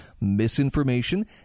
misinformation